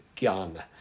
gun